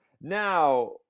Now